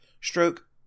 stroke